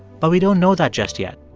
but we don't know that just yet.